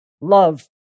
love